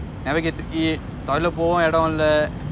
never get to eat toilet எடம் இல்ல:edam illa